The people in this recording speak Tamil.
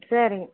சரிங்க